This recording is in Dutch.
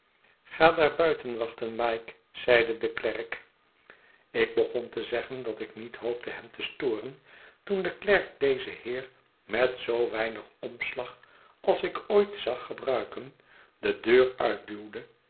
ga daarbuiten wachten mike zeide de klerk ik begon te zeggen dat ik niet hoopte hem te storen toen de klerk dezen heer met zoo weinig omsiag als ik ooit zag gebruiken de deur uitduwde